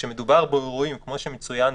והממשלה באה ואומרת משהו אחר,